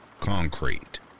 Concrete